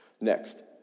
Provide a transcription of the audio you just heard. Next